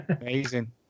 Amazing